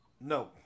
No